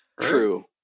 True